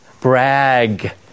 Brag